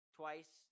twice